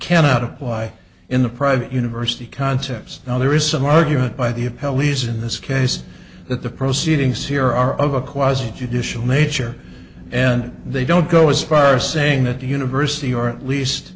cannot apply in the private university concepts now there is some argument by the of pelleas in this case that the proceedings here are of a quasi judicial nature and they don't go as far as saying that the university or at least